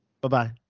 Bye-bye